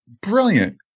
Brilliant